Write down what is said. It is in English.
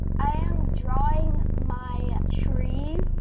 i am drawing my tree.